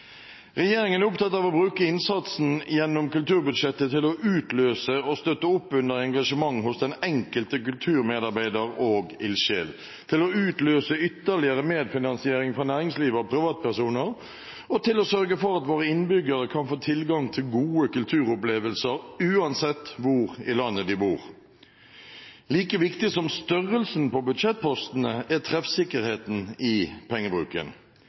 Regjeringen er opptatt av å bruke innsatsen gjennom kulturbudsjettet til å utløse og støtte opp under engasjement hos den enkelte kulturmedarbeider og ildsjel, til å utløse ytterligere medfinansiering fra næringsliv og privatpersoner og til å sørge for at våre innbyggere kan få tilgang til gode kulturopplevelser uansett hvor i landet de bor. Like viktig som størrelsen på budsjettpostene er treffsikkerheten i pengebruken.